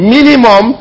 Minimum